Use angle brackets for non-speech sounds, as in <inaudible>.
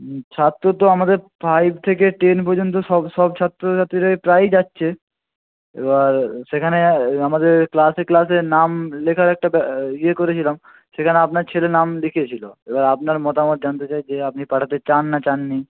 ছাত্র তো আমাদের ফাইভ থেকে টেন পর্যন্ত সব সব ছাত্রছাত্রীরাই প্রায়ই যাচ্ছে এবার সেখানে আমাদের ক্লাসে ক্লাসে নাম লেখারও একটা <unintelligible> ইয়ে করেছিলাম সেখানে আপনার ছেলে নাম লিখিয়েছিল এবার আপনার মতামত জানতে চাই যে আপনি পাঠাতে চান না চান না